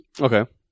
Okay